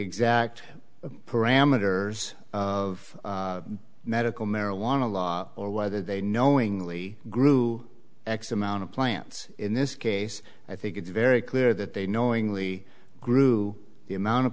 exact parameters of medical marijuana law or whether they knowingly grew x amount of plants in this case i think it's very clear that they knowingly grew the amount of